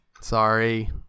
Sorry